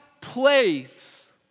place